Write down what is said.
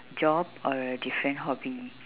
job or a different hobby